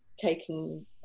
taking